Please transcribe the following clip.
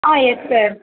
ah yes sir